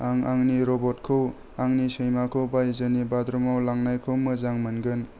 आं आंनि रबटखौ आंनि सैमाखौ बायजोनि बाथरुमाव लांनायखौ मोजां मोनगोन